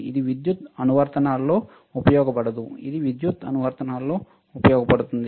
ఇది విద్యుత్ అనువర్తనాలలో ఉపయోగించబడదు ఇది విద్యుత్ అనువర్తనాలలో ఉపయోగించబడుతుంది